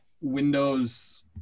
Windows